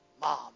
mom